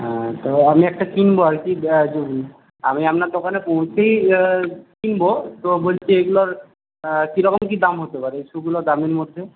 হ্যাঁ তবে আমি একটা কিনব আর কি আমি আপনার দোকানে পৌঁছেই কিনব তো বলছি এগুলোর কীরকম কী দাম হতে পারে শ্যুগুলো দামের মধ্যে